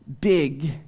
big